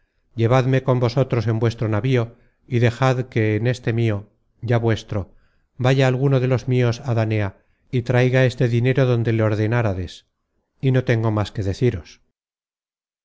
llevadme con vosotros en vuestro navío y dejad que en este mio ya vuestro vaya alguno de los mios á danea y traiga este dinero donde le ordenárades y no tengo más que deciros